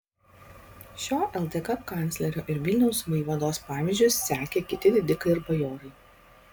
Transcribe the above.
šiuo ldk kanclerio ir vilniaus vaivados pavyzdžiu sekė kiti didikai ir bajorai